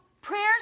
prayers